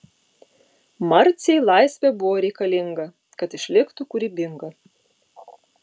marcei laisvė buvo reikalinga kad išliktų kūrybinga